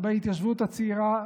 בהתיישבות הצעירה.